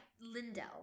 Lindell